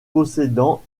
possédant